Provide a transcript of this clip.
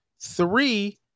Three